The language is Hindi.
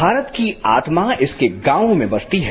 भारत की आत्मा इसके गांवों में बसती है